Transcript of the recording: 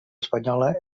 espanyola